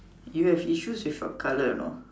you have issues with your colour you know